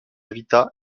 vita